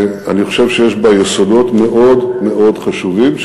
אני חושב שיש בה יסודות מאוד מאוד חשובים,